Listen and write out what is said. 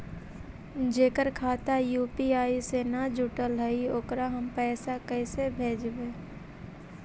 जेकर खाता यु.पी.आई से न जुटल हइ ओकरा हम पैसा कैसे भेजबइ?